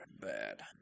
bad